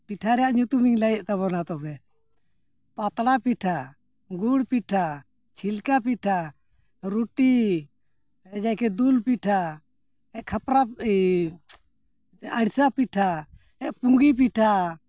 ᱯᱤᱴᱷᱟᱹ ᱨᱮᱭᱟᱜ ᱧᱩᱛᱩᱢ ᱤᱧ ᱞᱟᱹᱭᱮᱫ ᱛᱟᱵᱚᱱᱟ ᱛᱚᱵᱮ ᱯᱟᱛᱲᱟ ᱯᱤᱴᱷᱟᱹ ᱜᱩᱲ ᱯᱤᱴᱷᱟᱹ ᱪᱷᱤᱞᱠᱟ ᱯᱤᱴᱷᱟᱹ ᱨᱩᱴᱤ ᱡᱟᱭᱠᱮ ᱫᱩᱞ ᱯᱤᱴᱷᱟᱹ ᱠᱷᱟᱯᱨᱟ ᱟᱹᱲᱥᱟ ᱯᱤᱴᱷᱟᱹ ᱯᱩᱸᱜᱤ ᱯᱤᱴᱷᱟᱹ